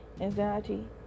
anxiety